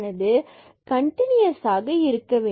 கண்டினுயஸ்சாக இருக்கவேண்டும்